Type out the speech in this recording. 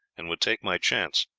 and would take my chance,